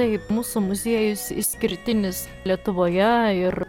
taip mūsų muziejus išskirtinis lietuvoje ir